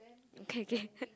k k